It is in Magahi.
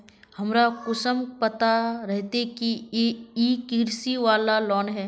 हमरा कुंसम पता रहते की इ कृषि वाला लोन है?